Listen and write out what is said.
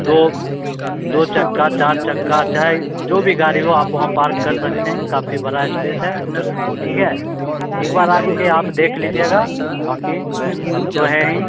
दो दो चक्का चार चक्का चाहे जो भी गाड़ी हो आप वहाँ पर पार्क कर सकते हैं काफ़ी बड़ा इस्पेस है ठीक है एक बार आकर देख लीजिएगा बाकी हम तो हैं ही